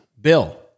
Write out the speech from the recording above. Bill